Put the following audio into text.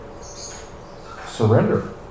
Surrender